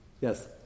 Yes